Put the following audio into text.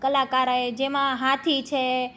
કલાકારોએ જેમાં હાથી છે